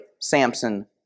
Samson